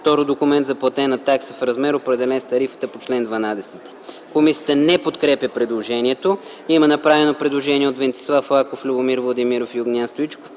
2. документ за платена такса в размер, определен с тарифата по чл. 12.” Комисията не подкрепя предложението. Има направено предложение от Венцислав Лаков, Любомир Владимиров и Огнян Стоичков,